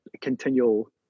continual